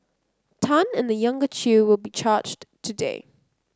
Tan and the younger Chew will be charged today